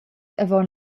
avon